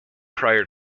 prior